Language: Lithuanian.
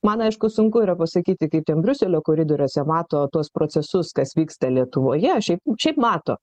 man aišku sunku yra pasakyti kaip ten briuselio koridoriuose mato tuos procesus kas vyksta lietuvoje šiaip šiaip mato